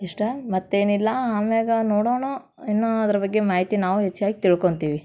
ಇಷ್ಟೇ ಮತ್ತೇನಿಲ್ಲ ಆಮ್ಯಾಲ ನೋಡೋಣ ಇನ್ನೂ ಅದ್ರ ಬಗ್ಗೆ ಮಾಹಿತಿ ನಾವು ಹೆಚ್ಚಾಗಿ ತಿಳ್ಕೋತೀವಿ